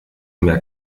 mehr